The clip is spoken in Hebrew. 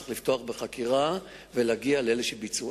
צריך לפתוח בחקירה ולהגיע לאלה שביצעו.